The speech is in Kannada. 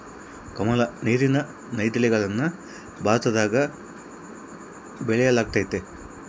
ಕಮಲ, ನೀರಿನ ನೈದಿಲೆಗಳನ್ನ ಭಾರತದಗ ಬೆಳೆಯಲ್ಗತತೆ